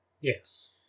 Yes